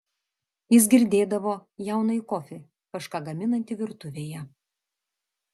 jis girdėdavo jaunąjį kofį kažką gaminantį virtuvėje